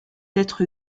être